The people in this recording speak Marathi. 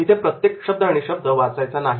इथे प्रत्येक शब्द आणि शब्द वाचायचा नाही